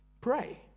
pray